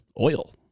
oil